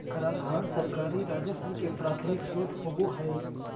कराधान सरकारी राजस्व के प्राथमिक स्रोत होबो हइ